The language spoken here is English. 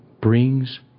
brings